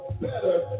better